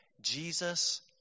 Jesus